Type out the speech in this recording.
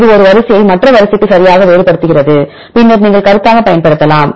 இது ஒரு வரிசையை மற்ற வரிசைக்கு சரியாக வேறுபடுத்துகிறது பின்னர் நீங்கள் கருத்தாக பயன்படுத்தலாம்